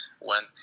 went